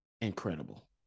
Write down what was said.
incredible